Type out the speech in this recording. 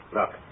Look